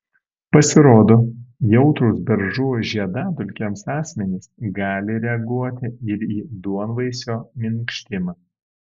pasirodo jautrūs beržų žiedadulkėms asmenys gali reaguoti ir į duonvaisio minkštimą